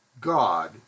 God